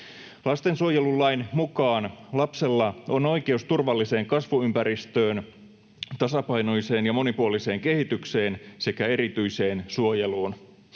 Lastensuojelulain mukaan lapsella on oikeus turvalliseen kasvuympäristöön, tasapainoiseen ja monipuoliseen kehitykseen sekä erityiseen suojeluun.